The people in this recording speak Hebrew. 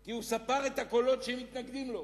כי הוא ספר את הקולות שמתנגדים לו,